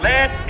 Let